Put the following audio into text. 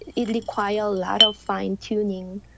it requires a lot of fine-tuning,